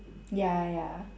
ya ya